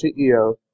CEO